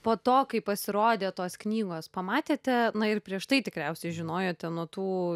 po to kai pasirodė tos knygos pamatėte na ir prieš tai tikriausiai žinojote nuo tų